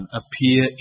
appear